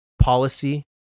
policy